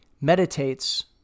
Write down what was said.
meditates